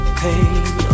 pain